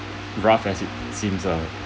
rough as it seems uh